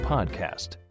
Podcast